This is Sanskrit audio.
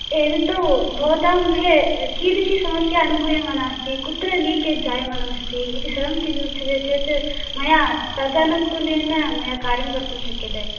एतत्तु भवतां गृहे कीदृशी समस्या अनुभूयमाना अस्ति कुत्र लीकेज् जायानमस्ति इति सर्वं किञ्चिदुच्यते चेत् मया तदनुकूलेन मया कार्यं कर्तुं शक्यते